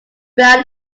brown